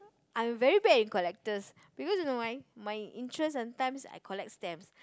I very bad in collectors because you know why my interest sometimes I collect stamps